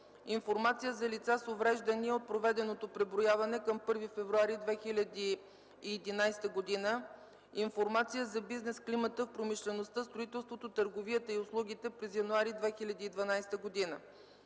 информация за лица с увреждания от проведеното преброяване към 1 февруари 2011 г.; - информация за бизнес климата в промишлеността, строителството, търговията и услугите през януари 2012 г.